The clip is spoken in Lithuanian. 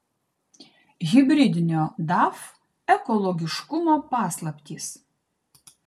hibridinio daf ekologiškumo paslaptys